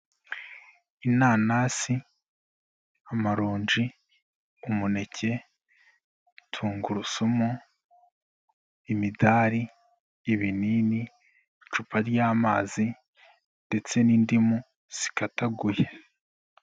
Inanasi, amaronji, umuneke, tungurusumu, imidari, ibinini, icupa ry'amazi ndetse n'indimu zikataguye.